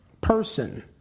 person